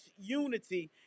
unity